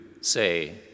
say